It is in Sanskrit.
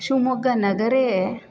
शिव्मोग्गानगरे